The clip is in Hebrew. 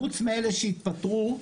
חוץ מאלה שהתפטרו,